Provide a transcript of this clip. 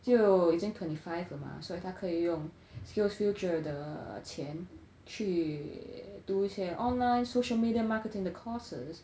就已经 twenty-five 了 mah 所以他可以用 skills future 的钱去读一些 online social media marketing 的 courses